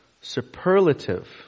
superlative